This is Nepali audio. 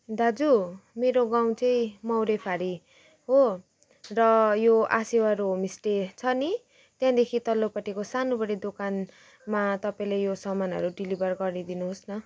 दाजु मेरो गाउँ चाहिँ मौरे फारी हो र यो आसेवारो होमस्टे छ नि त्यहाँदेखि तल्लोपट्टिको सानोबडे दोकानमा तपाईँले यो सामानहरू डेलिभर गरिदिनु होस् न